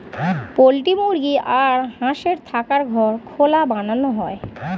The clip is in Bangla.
পোল্ট্রি মুরগি আর হাঁসের থাকার ঘর খোলা বানানো হয়